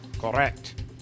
Correct